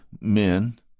men